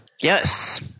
Yes